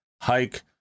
hike